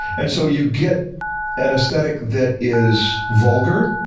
and so you get an aesthetic that is vulgar,